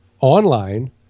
online